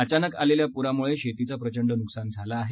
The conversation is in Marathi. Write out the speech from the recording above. अचानक आलेल्या पुरामुळे शेतीचे प्रचंड नुकसान झाले आहे